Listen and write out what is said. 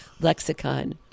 lexicon